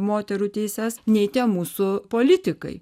moterų teises nei tie mūsų politikai